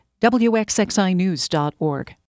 wxxinews.org